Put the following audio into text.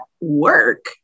work